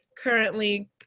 Currently